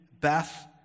Beth